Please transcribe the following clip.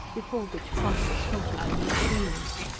before which pompey snorted in his dreams.